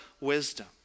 wisdom